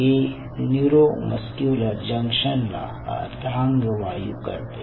हे न्यूरोमस्क्युलर जंक्शनला अर्धांगवायू करते